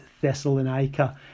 Thessalonica